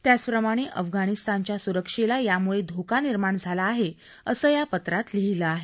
त्याचप्रमाणे अफगाणिस्तानच्या सुरक्षेला यामुळे धोका निर्माण झाला आहे असं या पत्रात लिहिलं आहे